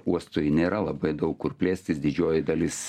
uostui nėra labai daug kur plėstis didžioji dalis